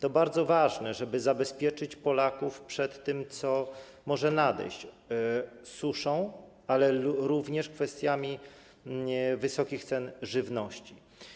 To bardzo ważne, żeby zabezpieczyć Polaków przed tym, co może nadejść: suszą, ale również kwestiami wysokich cen żywności.